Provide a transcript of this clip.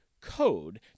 CODE